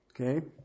Okay